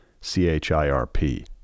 C-H-I-R-P